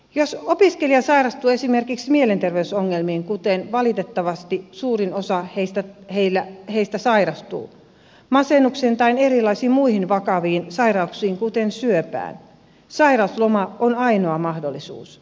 jos opiskelija sairastuu esimerkiksi mielenterveysongelmiin kuten valitettavasti suurin osa heistä sairastuu masennukseen tai erilaisiin muihin vakaviin sairauksiin kuten syöpään sairausloma on ainoa mahdollisuus